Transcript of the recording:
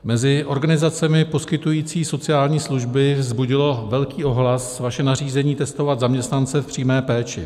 Mezi organizacemi poskytující sociální služby vzbudilo velký ohlas vaše nařízení testovat zaměstnance v přímé péči.